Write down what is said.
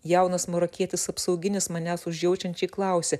jaunas marokietis apsauginis manęs užjaučiančiai klausia